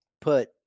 put